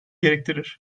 gerektirir